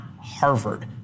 Harvard